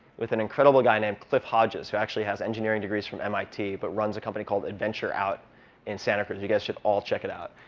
with an incredible guy named cliff hodges, who actually has engineering degrees from mit, but runs a company called adventure out in santa cruz. you guys should all check it out.